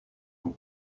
vous